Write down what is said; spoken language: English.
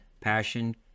passion